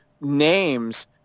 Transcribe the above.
names